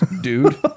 dude